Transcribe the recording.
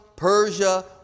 Persia